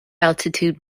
altitude